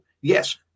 Yes